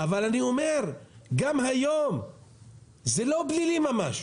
אבל גם היום זה לא פלילי ממש,